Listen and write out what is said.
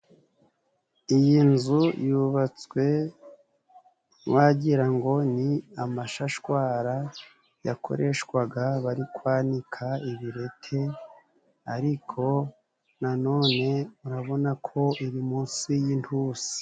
Iyi nzu yubatswe wagira ngo ni amashashwara yakoreshwaga bari kwanika ibireti, ariko nanone urabona ko iri munsi y'intusi.